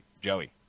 Joey